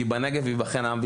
כי בישראל ובנגב כיום,